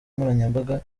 nkoranyambaga